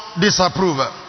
disapproval